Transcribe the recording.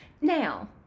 now